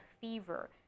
fever